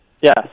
Yes